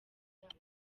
yabo